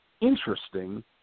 interesting